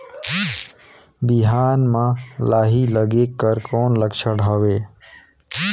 बिहान म लाही लगेक कर कौन लक्षण हवे?